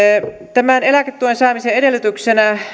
tämän eläketuen saamisen edellytyksenä